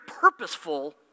purposeful